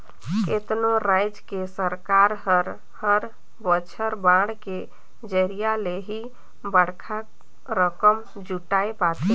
केतनो राज के सरकार हर हर बछर बांड के जरिया ले ही बड़खा रकम जुटाय पाथे